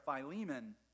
Philemon